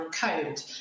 code